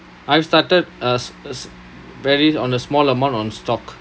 I've started a s~ s~ very on the small amount on stock